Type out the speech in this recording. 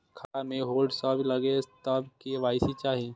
खाता में होल्ड सब लगे तब के.वाई.सी चाहि?